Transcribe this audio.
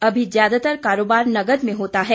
अभी ज्यादातर कारोबार नकद में होता है